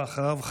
ואחריו,